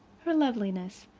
her loveliness,